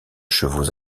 chevaux